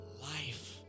life